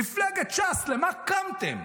מפלגת ש"ס, למה קמתם?